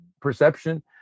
perception